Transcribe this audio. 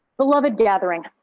beloved gathering,